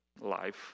life